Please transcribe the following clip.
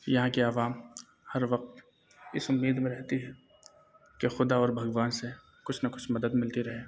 یہاں کے عوام ہر وقت اس امید میں رہتی ہے کہ خدا اور بھگوان سے کچھ نہ کچھ مدد ملتی رہے